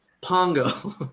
Pongo